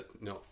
no